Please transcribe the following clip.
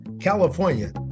California